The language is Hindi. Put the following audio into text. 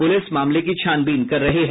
पुलिस मामले की छानबीन कर रही है